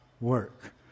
work